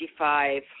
55